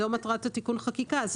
זו מטרת תיקון החקיקה.